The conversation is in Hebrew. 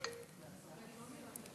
ההצעה להעביר את